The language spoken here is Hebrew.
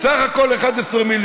ובסך הכול 11 מיליון.